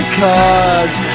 cards